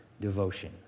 devotion